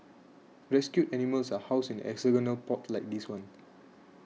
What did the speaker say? rescued animals are housed in hexagonal pods like this one